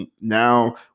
now